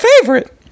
favorite